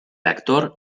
actor